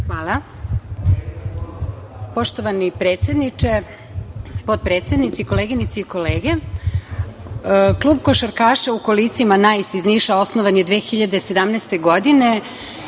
Zahvaljujem. Poštovani predsedniče, potpredsednici, koleginice i kolege, klub košarkaša u kolicima „Nais“ iz Niša osnovan je 2017. godine,